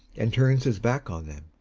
and turns his back on them.